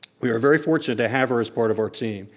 we are very fortunate to have her as part of our team.